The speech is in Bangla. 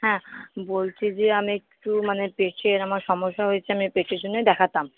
হ্যাঁ বলছি যে আমি একটু মানে পেটের আমার সমস্যা হয়েছে আমি পেটের জন্যই দেখাতাম